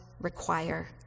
require